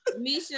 Misha